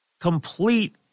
complete